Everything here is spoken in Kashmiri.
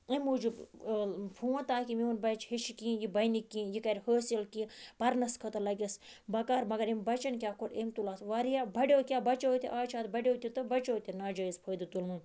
امہِ موٗجوٗب فون تاکہِ میون بَچہِ ہیٚچھِ کینٛہہ یہِ بَنہِ کینٛہہ یہِ کَرِ حٲصل کینٛہہ پَرنَس خٲطرٕ لَگٮ۪س بَکار مَگَر امۍ بَچَن کیاہہ کوٚر امۍ تُل اتھ واریاہ بَڑیٚو کیاہہ بَچَو آز چھِ اتھ بَڑیٚو تہِ تہٕ بَچَو تہِ ناجٲیز فٲیدٕ تُلمُت